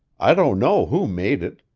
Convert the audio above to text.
i don't know who made it.